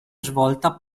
svolta